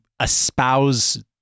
espouse